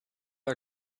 are